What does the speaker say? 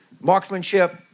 marksmanship